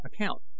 account